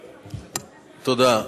תודה.